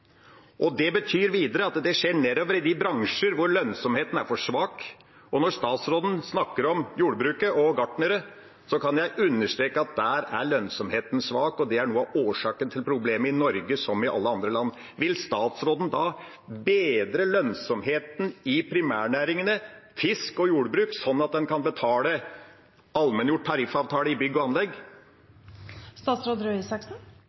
Det betyr videre at det skjer nedover i de bransjer hvor lønnsomheten er for svak. Når statsråden snakker om jordbruket og gartnere, kan jeg understreke at der er lønnsomheten svak, og det er noe av årsaken til problemet i Norge som i alle andre land. Vil statsråden da bedre lønnsomheten i primærnæringene fisk og jordbruk, sånn at en kan betale allmenngjort tariffavtale innen bygg og